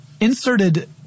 inserted